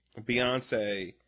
Beyonce